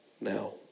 now